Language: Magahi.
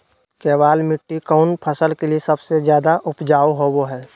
केबाल मिट्टी कौन फसल के लिए सबसे ज्यादा उपजाऊ होबो हय?